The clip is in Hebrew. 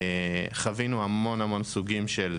חווינו המון סוגים של